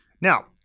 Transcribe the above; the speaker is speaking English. Now